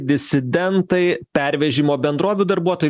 disidentai pervežimo bendrovių darbuotojai